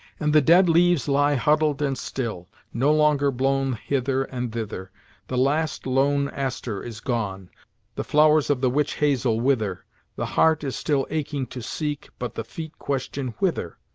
and the dead leaves lie huddled and still, no longer blown hither and thither the last lone aster is gone the flowers of the witch-hazel wither the heart is still aching to seek, but the feet question whither?